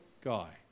guy